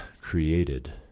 created